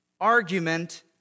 argument